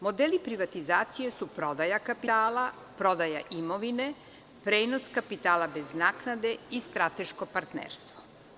Modeli privatizacije su prodaja kapitala, prodaja imovine, prenos kapitala bez naknade i strateško partnerstvo.